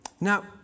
Now